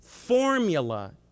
Formula